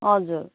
हजुर